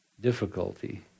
difficulty